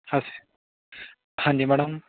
ਸੱਸ ਹਾਂਜੀ ਮੈਡਮ